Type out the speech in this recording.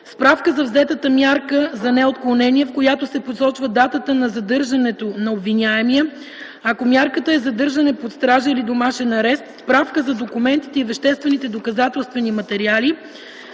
справка за взетата мярка за неотклонение, в която се посочва датата на задържането на обвиняемия, ако мярката е задържане под стража или домашен арест; справка за документите и веществените доказателствени материали;